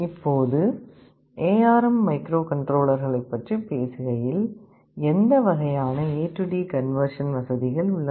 இப்போது ARM ARM மைக்ரோகண்ட்ரோலர்களைப் பற்றி பேசுகையில் எந்த வகையான ஏடி கன்வெர்சன் வசதிகள் உள்ளன